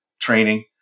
training